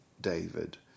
David